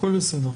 הכול בסדר.